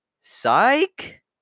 Psych